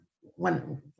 one